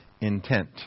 intent